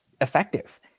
effective